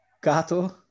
Gato